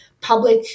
public